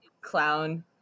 clown